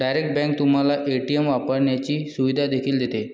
direct bank तुम्हाला ATM वापरण्याची सुविधा देखील देते